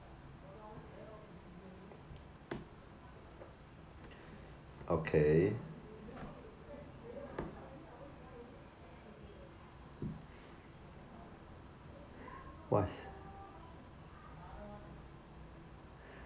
okay what